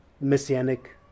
messianic